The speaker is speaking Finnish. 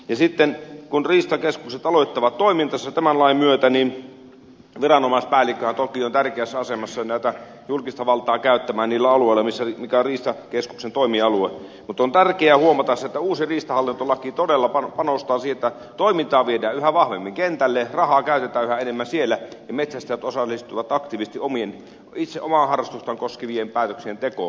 ja sitten kun riistakeskukset aloittavat toimintansa tämän lain myötä niin viranomaispäällikköhän toki on tärkeässä asemassa julkista valtaa käyttämään sillä alueella mikä on riistakeskuksen toimialue mutta on tärkeä huomata että uusi riistahallintolaki todella panostaa siihen että toimintaa viedään yhä vahvemmin kentälle rahaa käytetään yhä enemmän siellä ja metsästäjät osallistuvat itse aktiivisesti omaa harrastustaan koskevien päätöksien tekoon